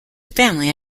family